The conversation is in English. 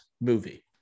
movie